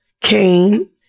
Cain